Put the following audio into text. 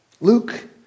Luke